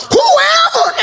Whoever